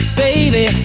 baby